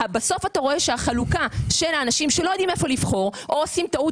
בסוף אתה רואה שהחלוקה של האנשים לא יודעים איפה לבחור או עושים טעות